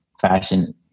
fashion